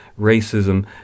racism